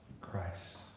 Christ